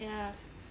yeah